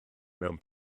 mewn